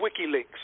WikiLeaks